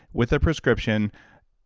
with a prescription,